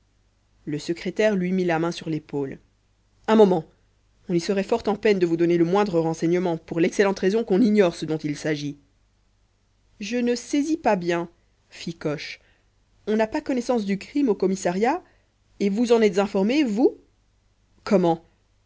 le secrétaire lui mit la main sur l'épaule un moment on y serait fort en peine de vous donner le moindre renseignement pour l'excellente raison qu'on ignore ce dont il s'agit je ne saisis pas bien fit coche on n'a pas connaissance du crime au commissariat et vous en êtes informé vous comment